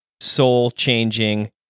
soul-changing